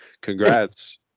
congrats